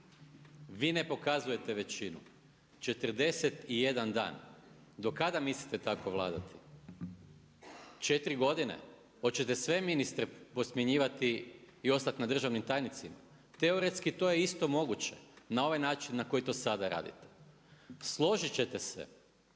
vi ne pokazujete većinu, 41 dan. Do kada mislite tako vladati? 4 godine? Hoćete sve ministre posmjenjivati i ostati na državnim tajnicima? Teoretski to je isto moguće na ovaj način na koji to sada radite. Složiti ćete se